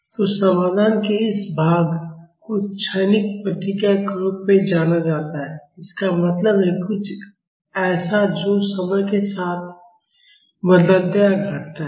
तो समाधान के इस भाग को क्षणिक प्रतिक्रिया के रूप में जाना जाता है इसका मतलब है कि कुछ ऐसा जो समय के साथ बदलता या घटता है